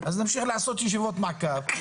אז נמשיך לעשות ישיבות מעקב.